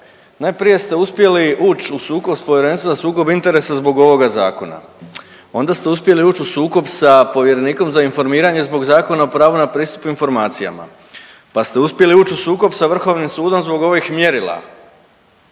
najprije ste uspjeli uć u sukob s Povjerenstvom za sukob interesa zbog ovoga zakona, onda ste uspjeli uć u sukob sa povjerenikom za informiranje zbog Zakona o pravu na pristup informacijama, pa ste uspjeli uć u sukob sa vrhovnim sudom zbog ovih mjerila.